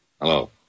hello